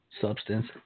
substance